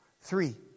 three